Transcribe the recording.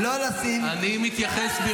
אתה עולה פה על